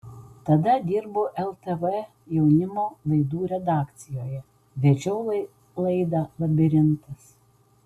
tada dirbau ltv jaunimo laidų redakcijoje vedžiau laidą labirintas